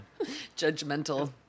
Judgmental